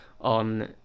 on